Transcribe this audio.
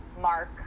mark